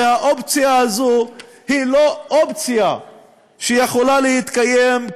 והאופציה הזאת לא יכולה להתקיים,